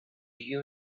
you